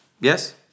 Yes